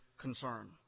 concern